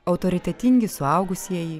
autoritetingi suaugusieji